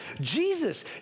Jesus